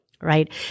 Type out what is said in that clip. right